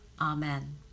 Amen